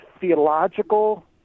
theological